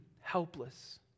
helpless